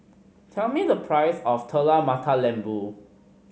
tell me the price of Telur Mata Lembu